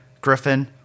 Griffin